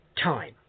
Time